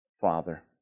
Father